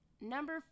number